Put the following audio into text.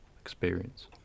experience